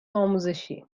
آموزشی